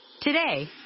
Today